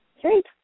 great